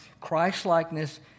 Christlikeness